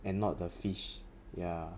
and not the fish ya